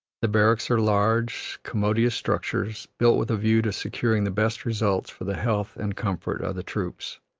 the barracks are large, commodious structures, built with a view to securing the best results for the health and comfort of the troops.